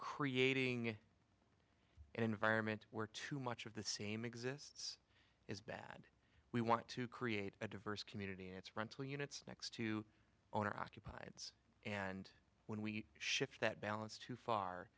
creating an environment where too much of the same exists is bad we want to create a diverse community and it's rental units next to owner occupied and when we shift that balance too far